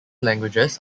languages